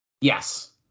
Yes